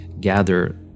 gather